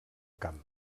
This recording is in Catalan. camp